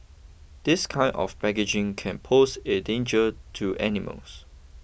this kind of packaging can pose a danger to animals